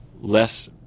less